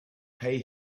pay